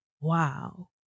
wow